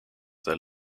del